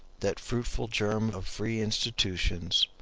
that fruitful germ of free institutions,